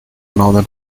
northern